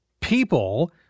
people